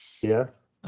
Yes